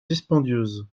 dispendieuse